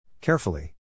Carefully